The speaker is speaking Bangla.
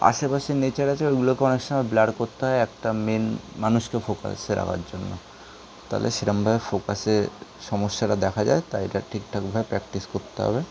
আশে পাশের নেচার আছে ওগুলোকে অনেক সময় ব্লার করতে হয় একটা মেন মানুষকে ফোকাসে রাখার জন্য তালে সেরমভাবে ফোকাসে সমস্যাটা দেখা যায় তাই ওটা ঠিকঠাকভাবে প্র্যাকটিস করতে হবে